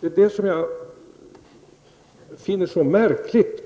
Detta tycker jag alltså är mycket märkligt.